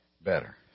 better